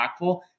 impactful